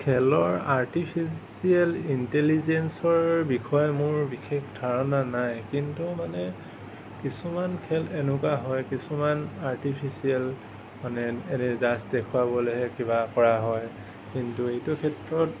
খেলৰ আৰ্টিফিচিয়েল ইণ্টেলিজেঞ্চৰ বিষয়ে মোৰ বিশেষ ধাৰণা নাই কিন্তু মানে কিছুমান খেল এনেকুৱা হয় কিছুমান আৰ্টিফিচিয়েল মানে এনেই জাষ্ট দেখুৱাবলৈহে কিবা কৰা হয় কিন্তু এইটো ক্ষেত্ৰত